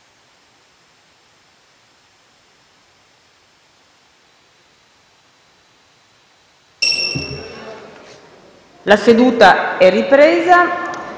La seduta è sospesa.